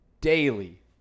daily